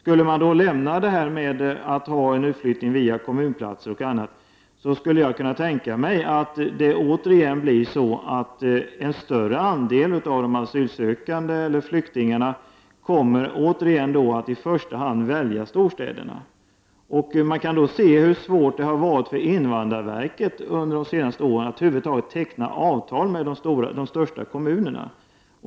Om man lämnade systemet med utflyttning via kommunplatser och annat, skulle jag kunna tänka mig att en större andel av de asylsökande eller flyktingarna återigen i första hand kommer att välja storstäderna. Man kan se hur svårt det under de senaste åren har varit för invandrarverket att över huvud taget teckna avtal med de största kommunerna.